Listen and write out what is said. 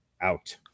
out